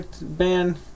band